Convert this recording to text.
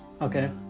okay